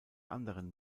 anderen